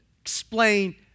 explain